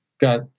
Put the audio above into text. got